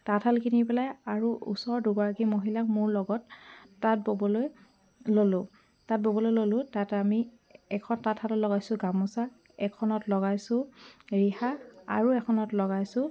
তাঁতশাল কিনি পেলাই আৰু ওচৰৰ দুগৰাকী মহিলাক মোৰ লগত তাঁত ববলৈ ল'লোঁ তাঁত ব'বলৈ ল'লোঁ তাত আমি এখন তাঁতশালত লগাইছোঁ গামোচা এখনত লগাইছোঁ ৰিহা আৰু এখনত লগাইছোঁ